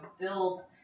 build